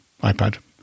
iPad